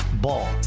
Ball